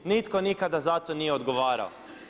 Nitko nikada za to nije odgovarao.